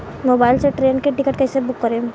Mobile से train के ticket कैसे बूक करेम?